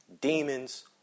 Demons